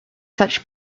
such